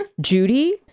Judy